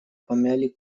помяли